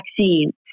vaccine